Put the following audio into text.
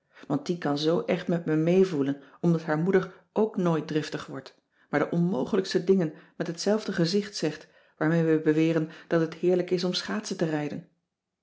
want die kan zoo echt met me meevoelen omdat haar moeder ook nooit driftig wordt maar de onmogelijkste dingen met hetzelfde gezicht zegt waarmee wij beweren dat het heerlijk is om schaatsen te rijden